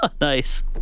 Nice